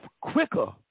quicker